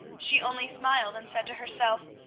she only smiled, and said to herself,